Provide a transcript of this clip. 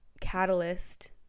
catalyst